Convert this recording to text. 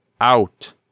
out